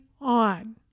on